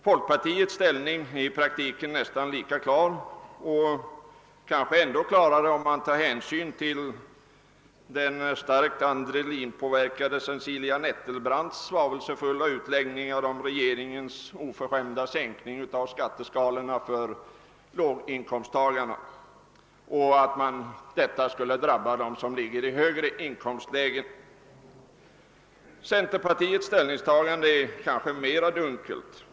Folkpartiets ställning är i praktiken nästan lika klar — kanske ännu klarare, om man tar hänsyn till den starkt adrenalinpåverkade Cecilia Nettelbrandts salvelsefulla utläggningar om regeringens oförskämda sänkning av skatteskalorna för låginkomsttagarna, vilken skulle drabba dem som ligger i högre inkomstlägen. Centerpartiets ställningstagande är kanske mera dunkelt.